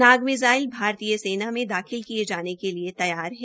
नाग missile भारतीय सेना में दाखिल किये जाने के लिए तैयार है